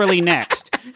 next